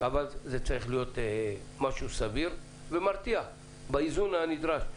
אבל זה צריך להיות משהו סביר ומרתיע באיזון הנדרש.